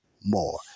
more